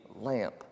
lamp